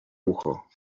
ucho